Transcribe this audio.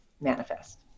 manifest